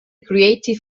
creative